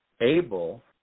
able